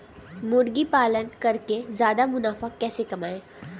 मुर्गी पालन करके ज्यादा मुनाफा कैसे कमाएँ?